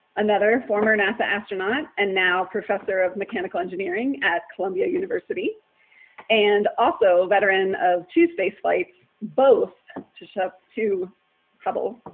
another former nasa astronaut and now professor of mechanical engineering at columbia university and also a veteran of two space flights, both to ship to hubble.